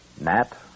Nat